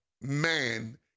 man